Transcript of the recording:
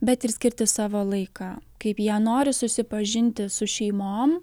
bet ir skirti savo laiką kaip jie nori susipažinti su šeimom